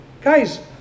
Guys